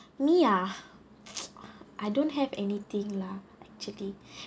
me ah I don't have anything lah actually